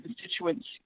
constituents